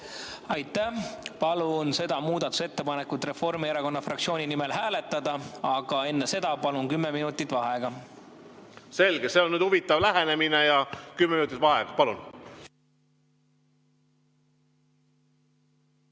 Aitäh! Palun seda muudatusettepanekut Reformierakonna fraktsiooni nimel hääletada, aga enne seda palun kümme minutit vaheaega. Selge, see on huvitav lähenemine. Kümme minutit vaheaega. Palun!V